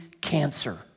cancer